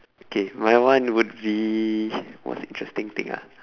okay my one would be what's interesting thing ah